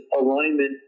alignment